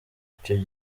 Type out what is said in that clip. ico